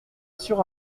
sur